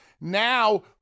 Now